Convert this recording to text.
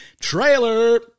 trailer